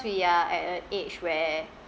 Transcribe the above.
we are at a age where